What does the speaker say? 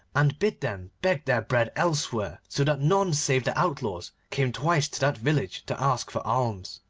and bid them beg their bread elsewhere, so that none save the outlaws came twice to that village to ask for alms.